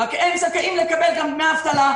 רק שהם זכאים לקבל גם דמי אבטלה.